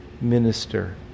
minister